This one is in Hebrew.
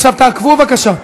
עכשיו, תעקבו בבקשה.